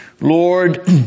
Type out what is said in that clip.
Lord